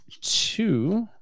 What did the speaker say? two